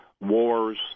wars